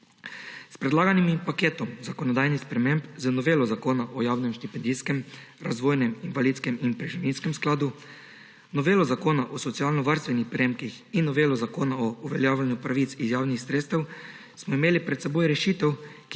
S predlaganim paketom zakonodajnih sprememb, z novelo zakona o javnem štipendijskem razvojnem, invalidskem in preživninskem skladu, novelo zakona o socialnovarstvenih prejemkih in novelo zakona o uveljavljanju pravic iz javnih sredstev, smo imeli pred seboj rešitev,